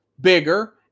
bigger